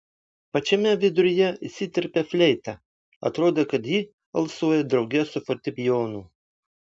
pačiame viduryje įsiterpia fleita atrodo kad ji alsuoja drauge su fortepijonu